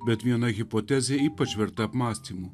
bet viena hipotezė ypač verta apmąstymų